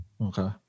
Okay